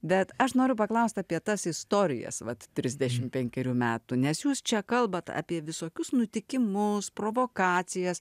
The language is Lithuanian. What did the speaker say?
bet aš noriu paklausti apie tas istorijas vat trisdešimt penkerių metų nes jūs čia kalbate apie visokius nutikimus provokacijas